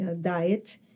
diet